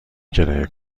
کرایه